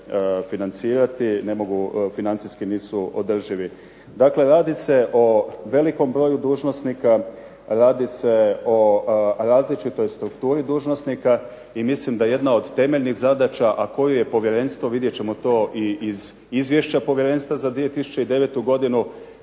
financijski nisu održivi. Dakle, radi se o velikom broju dužnosnika, radi se o različitoj strukturi dužnosnika i mislim da jedna od temeljnih zadaća, a koju je povjerenstvo, vidjet ćemo to i iz Izvješća povjerenstva za 2009. godinu,